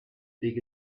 big